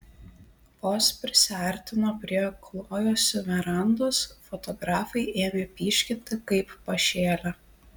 vos prisiartino prie klojosi verandos fotografai ėmė pyškinti kaip pašėlę